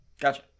Gotcha